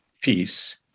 Peace